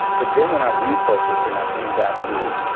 but then when i refocused and i came back to,